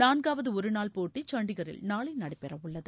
நான்காவது ஒருநாள் போட்டி சண்டிகரில் நாளை நடைபெறவுள்ளது